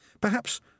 Perhaps